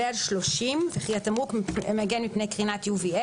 לאחר טבילה במים,